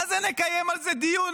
מה זה, נקיים על זה דיון?